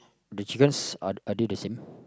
the chickens are are they the same